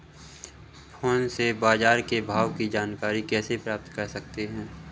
Phone से बाजार के भाव की जानकारी कैसे प्राप्त कर सकते हैं?